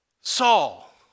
Saul